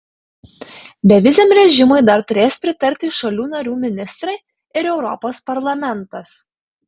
beviziam režimui dar turės pritarti šalių narių ministrai ir europos parlamentas